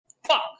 Fuck